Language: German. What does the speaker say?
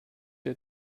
der